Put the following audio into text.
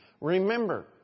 Remember